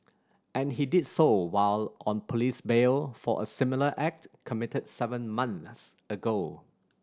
and he did so while on police bail for a similar act committed seven months ago